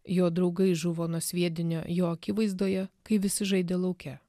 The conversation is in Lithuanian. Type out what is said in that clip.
jo draugai žuvo nuo sviedinio jo akivaizdoje kai visi žaidė lauke